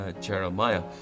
Jeremiah